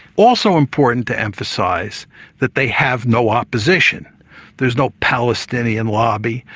also important to emphasise that they have no opposition there's no palestinian lobby,